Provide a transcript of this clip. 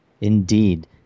Indeed